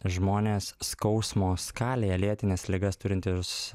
žmonės skausmo skalėje lėtines ligas turintys